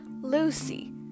Lucy